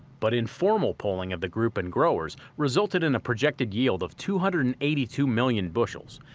but informal polling of the group and growers resulted in a projected yield of two hundred and eighty two million bushels,